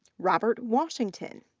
robert washington,